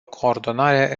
coordonare